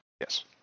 Yes